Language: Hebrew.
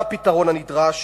מה הפתרון הנדרש?